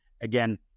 Again